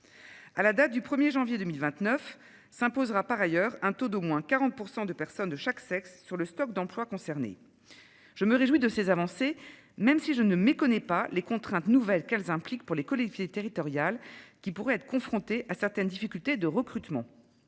À la date du 1er janvier 2029 s'imposera par ailleurs un taux d'au moins 40% de personnes de chaque sexe sur le stock d'emplois concernés. Je me réjouis de ces avancées même si je ne méconnais pas les contraintes nouvelles qu'elles impliquent pour les collectivités territoriales qui pourrait être confronté à certaines difficultés de recrutement.